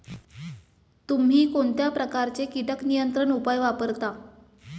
तुम्ही कोणत्या प्रकारचे कीटक नियंत्रण उपाय वापरता?